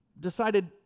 decided